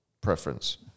preference